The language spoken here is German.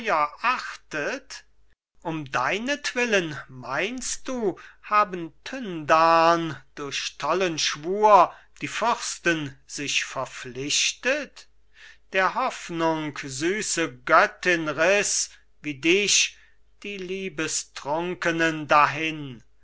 achtet um deinetwillen meinst du haben tyndarn durch tollen schwur die fürsten sich verpflichtet der hoffnung süße göttin riß wie dich die liebestrunkenen dahin